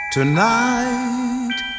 Tonight